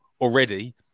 already